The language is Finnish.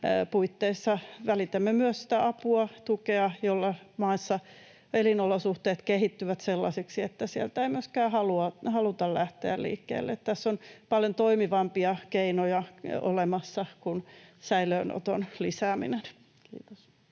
puitteissa välitämme myös sitä apua, tukea, jolla maassa elinolosuhteet kehittyvät sellaisiksi, että sieltä ei myöskään haluta lähteä liikkeelle. Tässä on paljon toimivampia keinoja olemassa kuin säilöönoton lisääminen. — Kiitos.